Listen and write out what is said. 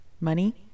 money